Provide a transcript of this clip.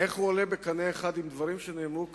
איך הוא עולה בקנה אחד עם דברים שנאמרו כאן,